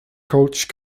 coach